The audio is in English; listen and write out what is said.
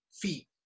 feet